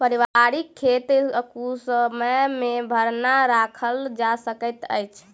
पारिवारिक खेत कुसमय मे भरना राखल जा सकैत अछि